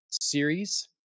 series